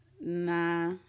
nah